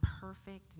perfect